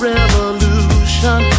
Revolution